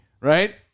right